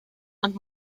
und